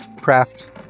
craft